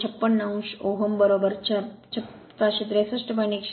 56 o ओहम बरोबर 5 6 3